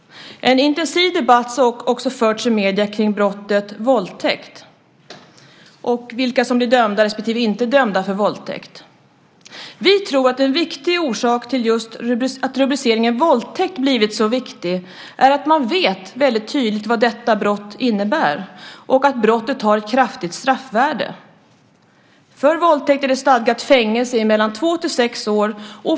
En intensiv debatt har också förts i medierna om brottet våldtäkt och vilka som blir dömda respektive inte dömda för våldtäkt. Vi tror att en viktig orsak till att just rubriceringen våldtäkt blivit så viktig är att man vet väldigt tydligt vad detta brott innebär och att brottet har ett kraftigt straffvärde. För våldtäkt är det stadgat fängelse i mellan två till sex år.